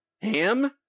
ham